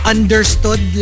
Understood